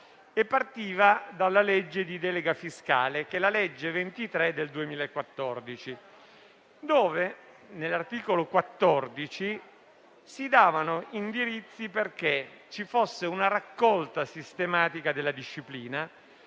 partiva dalla legge di delega fiscale, la legge n. 23 del 2014, dove, all'articolo 14, si davano indirizzi perché vi fosse una raccolta sistematica della disciplina